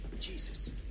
Jesus